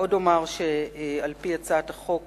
עוד אומר שעל-פי הצעת החוק